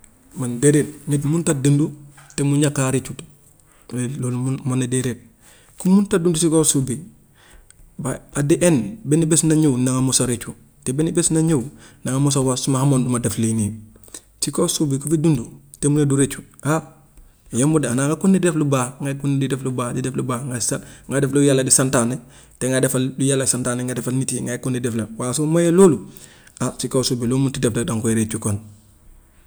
Man déedéet nit munut a dund te mu ñàkk a rëccu, déet loolu mun ma ne déedéet. ku mun ta dund si kaw suuf bi by at the end benn bés na ñëw na nga mos a rëccu, te benn bés na ñëw danga mos a wax su ma xamoon du ma def lii nii. Si kaw suuf bi ku fi dund ku fi dund te mu ne du rëccu ah yombul de xanaa nga continuer di def lu baax, ngay continuer di def lu baax, di def lu baax, ngay sa- ngay def lu yàlla di santaane te ngay defal lu yàlla santaane nga defal nit yi ngay continuer di def rek, waa su moyee loolu ah si kaw suuf bi loo mun ti def rek danga koy rëccu kon.